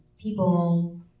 people